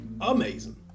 Amazing